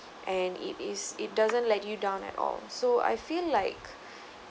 and if is it doesn't let you down at all so I feel like